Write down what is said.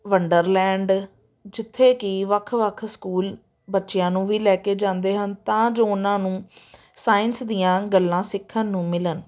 Wonderland ਜਿੱਥੇ ਕਿ ਵੱਖ ਵੱਖ ਸਕੂਲ ਬੱਚਿਆਂ ਨੂੰ ਵੀ ਲੈ ਕੇ ਜਾਂਦੇ ਹਨ ਤਾਂ ਜੋ ਉਹਨਾਂ ਨੂੰ ਸਾਇੰਸ ਦੀਆਂ ਗੱਲਾਂ ਸਿੱਖਣ ਨੂੰ ਮਿਲਣ